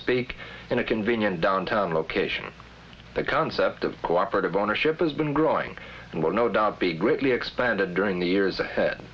speak in a convenient downtown location the concept of cooperative ownership has been growing and will no doubt be greatly expanded during the years ahead